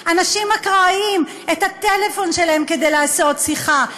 אקראיים את הטלפון שלהם כדי לעשות שיחה?